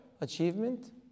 achievement